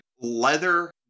leather